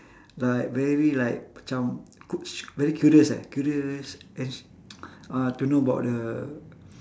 like very like macam very curious eh curious uh to know about the